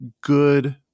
good